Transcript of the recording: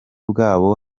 bwabo